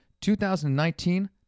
2019